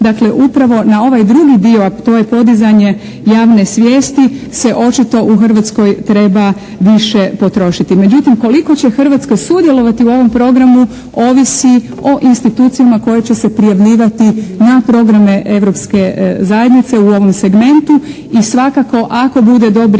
Dakle upravo na ovaj drugi dio, a to je podizanje javne svijesti se očito u Hrvatskoj treba više potrošiti. Međutim, koliko će Hrvatska sudjelovati u ovom programu ovisi o institucijama koje će se prijavljivati na programe Europske zajednice u ovom segmentu. I svakako ako bude dobrih